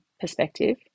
perspective